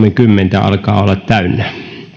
kolmekymmentä alkaa olla täynnä